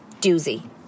doozy